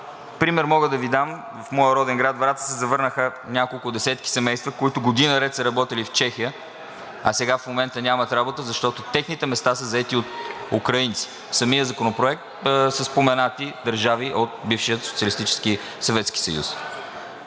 Пример мога да Ви дам – в моя роден град Враца се завърнаха няколко десетки семейства, които години наред са работили в Чехия, а сега в момента нямат работа, защото техните места са заети от украинци. В самия законопроект са споменати държави от бившия